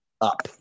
up